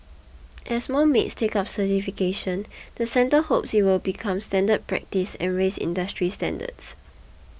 as more maids take up certification the centre hopes it will become standard practice and raise industry standards